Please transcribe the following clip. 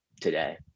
today